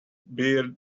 beard